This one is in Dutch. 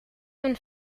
een